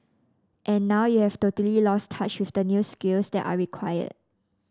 and now you've totally lost touch with the new skills that are required